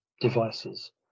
devices